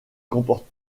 comporte